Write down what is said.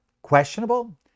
questionable